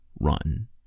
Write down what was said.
Run